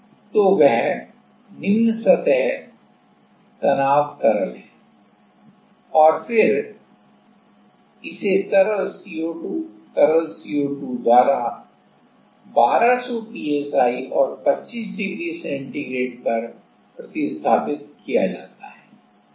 तो वह निम्न सतह तनाव तरल है और फिर इसे तरल CO2 तरल CO2 द्वारा 1200 psi और 25 डिग्री सेंटीग्रेड पर प्रतिस्थापित किया जाता है